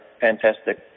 fantastic